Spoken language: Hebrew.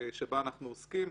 שבה אנחנו עוסקים.